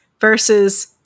versus